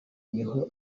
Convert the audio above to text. niho